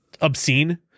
obscene